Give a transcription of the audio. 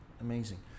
amazing